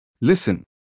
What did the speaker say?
listen